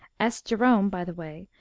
s. jerome, by the way,